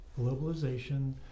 globalization